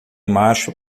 macho